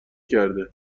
کرده